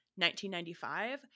1995